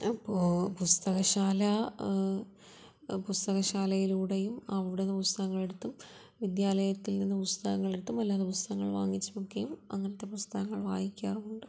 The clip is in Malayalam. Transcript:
അപ്പോൾ പുസ്തകശാല പുസ്തകശാലയിലൂടെയും അവിടുന്ന് പുസ്തകങ്ങൾ എടുത്തും വിദ്യാലയത്തിൽ നിന്ന് പുസ്തകങ്ങൾ എടുത്തും അല്ലാതെ പുസ്തകങ്ങൾ വാങ്ങിച്ചുമൊക്കെയും അങ്ങനെത്തെ പുസ്തകങ്ങൾ വായിക്കാറുണ്ട്